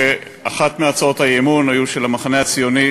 ואחת מהצעות האי-אמון הייתה של המחנה הציוני,